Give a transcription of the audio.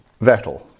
Vettel